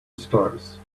stars